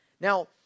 Now